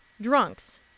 drunks